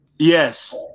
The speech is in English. Yes